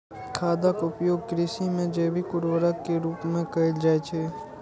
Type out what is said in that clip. खादक उपयोग कृषि मे जैविक उर्वरक के रूप मे कैल जाइ छै